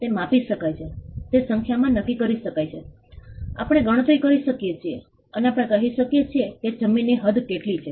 તે માપી શકાય છે તે સંખ્યામાં નક્કી કરી શકાય છે આપણે ગણતરી કરી શકીએ છીએ અને આપણે કહી શકીએ છીએ કે જમીનની હદ કેટલી છે